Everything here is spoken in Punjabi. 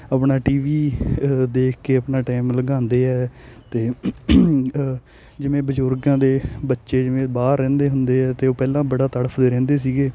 ਆਪਣਾ ਟੀਵੀ ਦੇਖ ਕੇ ਆਪਣਾ ਟੈਮ ਲੰਘਾਉਂਦੇ ਹੈ ਅਤੇ ਜਿਵੇਂ ਬਜ਼ੁਰਗਾਂ ਦੇ ਬੱਚੇ ਜਿਵੇਂ ਬਾਹਰ ਰਹਿੰਦੇ ਹੁੰਦੇ ਹੈ ਅਤੇ ਉਹ ਪਹਿਲਾਂ ਬੜਾ ਤੜਫਦੇ ਰਹਿੰਦੇ ਸੀਗੇ